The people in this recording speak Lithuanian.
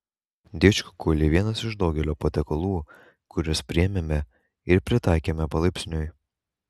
didžkukuliai vienas iš daugelio patiekalų kuriuos priėmėme ir pritaikėme palaipsniui